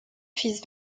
fils